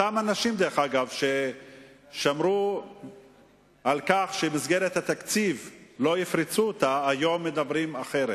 אותם אנשים ששמרו על כך שלא יפרצו את מסגרת התקציב היום מדברים אחרת.